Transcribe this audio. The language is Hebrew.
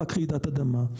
רעידת אדמה.